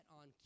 on